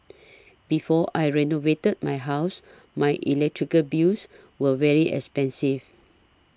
before I renovated my house my electrical bills were very expensive